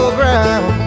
ground